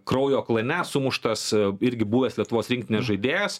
kraujo klane sumuštas irgi buvęs lietuvos rinktinės žaidėjas